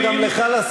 לקרוא גם אותך לסדר?